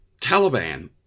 Taliban